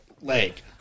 leg